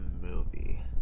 movie